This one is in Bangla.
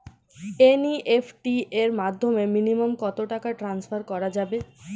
এন.ই.এফ.টি এর মাধ্যমে মিনিমাম কত টাকা টান্সফার করা যাবে?